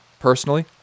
Personally